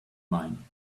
mine